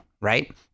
right